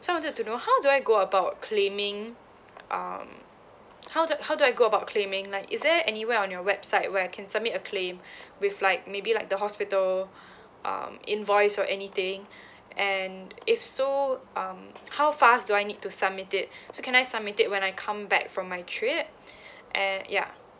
so I wanted to know how do I go about claiming um how do how do I go about claiming like is there anywhere on your website where I can submit a claim with like maybe like the hospital um invoice or anything and if so um how fast do I need to submit it so can I submit it when I come back from my trip and ya